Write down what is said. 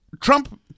Trump